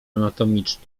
anatomiczny